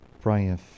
brian